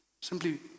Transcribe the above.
simply